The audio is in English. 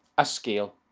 a scale.